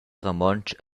romontsch